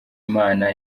imana